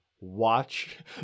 watch